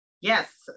Yes